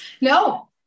No